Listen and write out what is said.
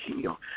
heal